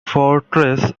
fortress